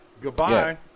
Goodbye